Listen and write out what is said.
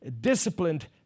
disciplined